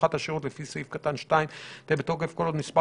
והסמכת השירות לפי סעיף קטן (2) תהא בתוקף כל עוד מספר